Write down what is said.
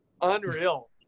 Unreal